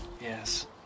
Yes